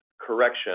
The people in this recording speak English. correction